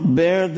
bear